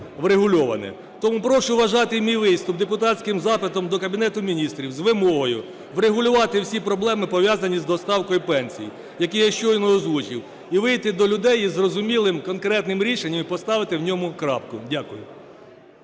Тому прошу вважати мій виступ депутатським запитом до Кабінету Міністрів з вимогою врегулювати всі проблеми, пов'язані з доставкою пенсій, які я щойно озвучив і вийти до людей із зрозумілим конкретним рішенням, і поставити в ньому крапку. Дякую.